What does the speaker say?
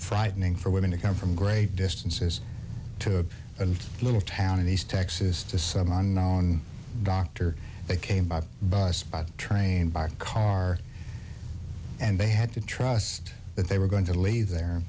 frightening for women to come from great distances to a little town in east texas to some doctor they came by bus by train by car and they had to trust that they were going to leave their